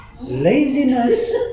Laziness